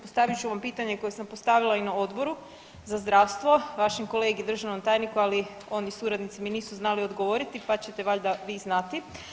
Postavit ću vam pitanje koje sam postavila i na Odboru za zdravstvo vašem kolegi državnom tajniku, ali oni suradnici mi nisu znali odgovoriti pa ćete valjda vi znati.